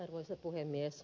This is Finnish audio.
arvoisa puhemies